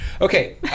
Okay